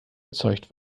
erzeugt